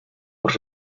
los